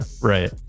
right